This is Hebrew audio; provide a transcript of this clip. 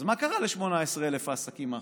אז מה קרה ל-18,000 העסקים האחרים?